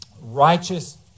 righteous